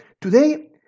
Today